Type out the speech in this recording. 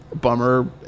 bummer